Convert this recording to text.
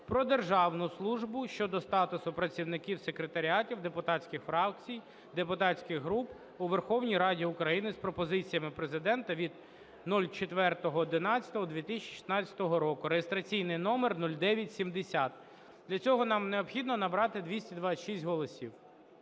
"Про державну службу" щодо статусу працівників секретаріатів депутатських фракцій (депутатських груп) у Верховній Раді України" з пропозиціями Президента від 04.11.2016 року (реєстраційний номер 0970). Для цього нам необхідно набрати 226 голосів.